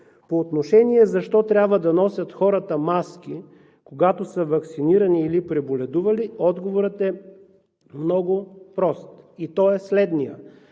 По отношение на това защо трябва да носят хората маски, когато са ваксинирани или преболедували. Отговорът е много прост и той е следният: